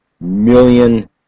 million